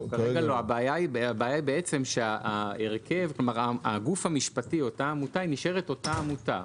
הבעיה היא בגוף המשפטי, העמותה, נשארת אותה עמותה.